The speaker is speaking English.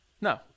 No